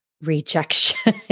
rejection